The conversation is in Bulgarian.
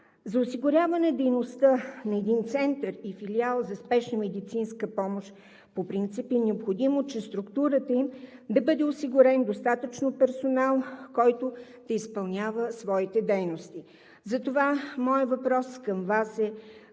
За осигуряване дейността на един център и филиал за спешна медицинска помощ по принцип е необходимо чрез структурата им да бъде осигурен достатъчно персонал, който да изпълнява своите дейности. Затова моят въпрос към Вас е: